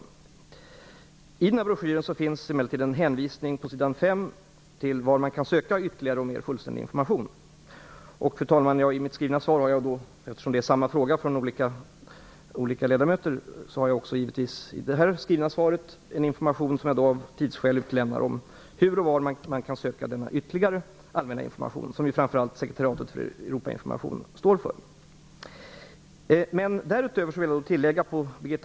Jag anser att den information som lämnats i broschyren ger en rättvisande bild av konsekvenserna för Sverige av ett medlemskap. Av utrymmesskäl måste naturligtvis information i en broschyr av detta slag bli översiktlig och kortfattad. I broschyren finns emellertid på s. 5 en hänvisning till var ytterligare, mera fullständig information kan sökas. Landets ca 1 400 folkbibliotek förfogar över det omfattande informationsmaterial som Sekretariatet för Europainformation har utarbetat. Detta material omfattar ca 90 olika faktablad som innehåller både allmän EU-information och mera preciserad information på olika sakområden. Detta material står kostnadsfritt till förfogande. Dessutom finns sekretariatets broschyr inför folkomröstningen att tillgå på landets alla postkontor.